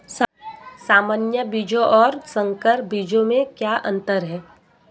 सामान्य बीजों और संकर बीजों में क्या अंतर है?